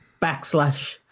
backslash